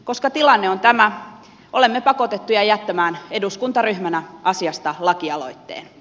koska tilanne on tämä olemme pakotettuja jättämään eduskuntaryhmänä asiasta lakialoitteen